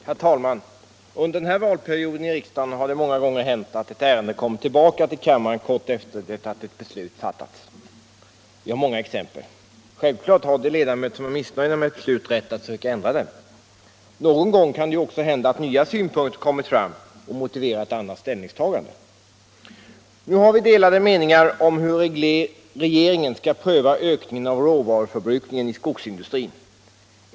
Herr talman! Under den här valperioden i riksdagen har det många gånger hänt att ett ärende kommit tillbaka till kammaren kort efter det att ett beslut fattats. Vi har många exempel. Självfallet har de ledamöter som är missnöjda med ett beslut rätt att söka ändra detta. Någon gång kan det också hända att nya synpunkter kommit fram och motiverar ett annat ställningstagande. Nu har vi delade meningar om hur regeringen skall pröva ökningen av råvaruförbrukningen i skogsindustrin.